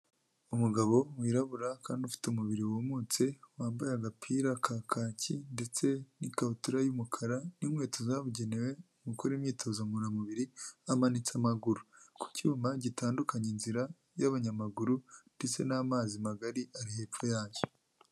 Umugabo wirabura kandi ufite umubiri wumutse wambaye agapira ka kaki ndetse n'ikabutura y'umukara n'inkweto zabugenewe mu gukora imyitozo ngororamubiri, yamanitse amaguru ku cyuma gitandukanya inzira y'abanyamaguru ndetse n'amazi magari ari hepfo yacyo.